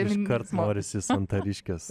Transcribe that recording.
iškart norisi santariškes